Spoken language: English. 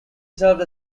served